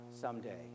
someday